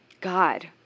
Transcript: God